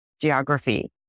geography